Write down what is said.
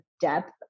depth